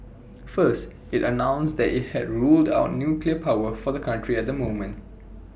first IT announced that IT had ruled out nuclear power for the country at the moment